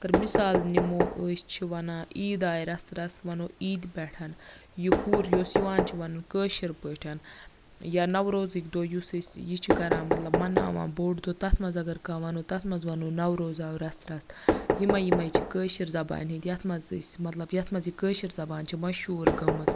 اگر مِثال نِمو أسۍ چھِ وَنان عیٖد آیہِ رَسہٕ رَسہٕ وَنو عیٖدِ پیٚٹھ یہِ ہور یُس یِوان چھِ وَننہٕ کٲشِر پٲٹھۍ یا نَوروزٕکۍ دۄہ یُس أسۍ یہِ چھِ کَران مطلب مَناوان بوٚڑ دۄہ تَتھ منٛز اگر کانٛہہ وَنو تَتھ منٛز وَنو نوروز آو رَسہٕ رَسہٕ یِمَے یِمَے چھِ کٲشِر زَبانہِ ہِنٛدۍ یَتھ منٛز أسۍ مطلب یَتھ منٛز یہِ کٲشِر زَبان چھِ مشہوٗر گٔمٕژ